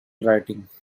writings